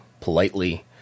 politely